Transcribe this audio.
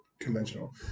conventional